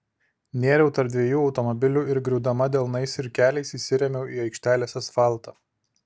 nėriau tarp dviejų automobilių ir griūdama delnais ir keliais įsirėmiau į aikštelės asfaltą